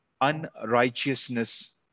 unrighteousness